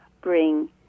bring